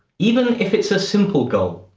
even if it's a simple goal.